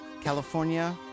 California